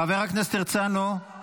חבר הכנסת הרצנו, חבר הכנסת הרצנו.